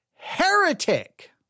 heretic